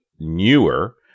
newer